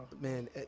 Man